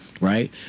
Right